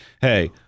hey